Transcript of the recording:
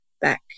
back